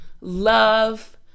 love